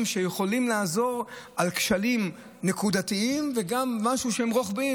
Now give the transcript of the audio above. שיכולים לעזור בכשלים נקודתיים וגם רוחביים.